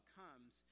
comes